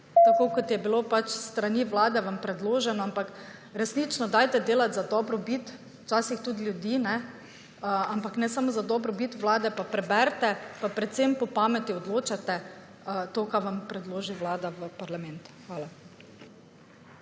tako kot je bilo pač s strani vlade vam predloženo, ampak resnično dajte delati za dobrobit včasih tudi ljudi, ampak ne samo za dobrobit vlade, pa preberite, pa predvsem po pameti odločajte to, kar vam predloži vlada v parlament. Hvala.